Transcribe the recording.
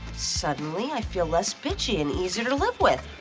suddenly i feel less bitchy and easier to live with.